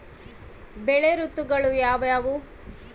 ಬೆಳೆ ಋತುಗಳು ಯಾವ್ಯಾವು?